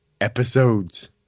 episodes